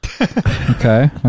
Okay